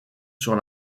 sur